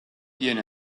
tiene